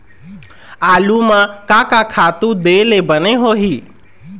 आलू म का का खातू दे ले बने होही?